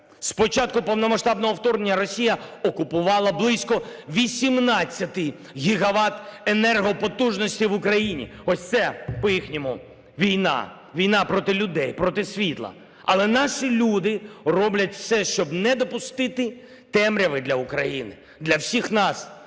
початку повномасштабного вторгнення Росія окупувала близько 18 гігават енергопотужності в Україні – ось це по-їхньому війна, війна проти людей, проти світла. Але наші люди роблять усе, щоб не допустити темряви для України, для всіх нас,